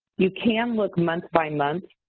you can look month by month.